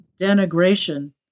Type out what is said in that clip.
denigration